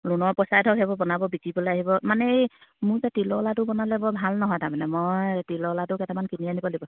লোণৰ পইচা ধৰক সেইবোৰ বনাব বিকিবলে আহিব মানে এই মোৰ যে তিলৰ লাডু বনালে ভাল নহয় তাৰমানে মই তিলৰ লাডু কেইটামান কিনি আনিব লাগিব